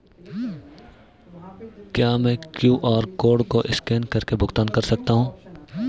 क्या मैं QR code को स्कैन करके भुगतान कर सकता हूं?